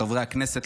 חברי הכנסת,